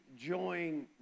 join